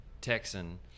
Texan